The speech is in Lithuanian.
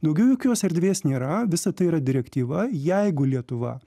daugiau jokios erdvės nėra visa tai yra direktyva jeigu lietuva